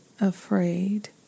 afraid